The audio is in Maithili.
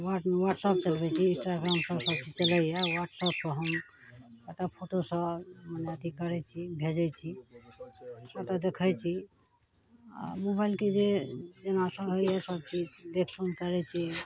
बादमे वॉट्सअप चलबै छी इन्स्टाग्राम सब सब पर चलैए वॉट्सअपपर हम एकर फोटोसब अथी करै छी भेजै छी ओकरा देखै छी आओर मोबाइलके जे जेना सब होइए सब चीज देखसुन करै छी